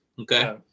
Okay